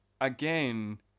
again